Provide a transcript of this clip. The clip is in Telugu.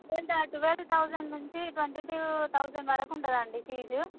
వీళ్ళకు ట్వెల్వ్ తౌసండ్ నుంచి ట్వెంటీ టు తౌసండ్ వరకు ఉంటుంది అండి ఫీజు